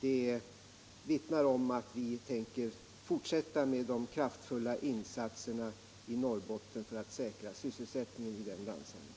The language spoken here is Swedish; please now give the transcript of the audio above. Detta vittnar om att vi tänker fortsätta med de kraftfulla insatserna i Norrbotten för att säkra sysselsättningen i den landsändan.